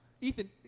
Ethan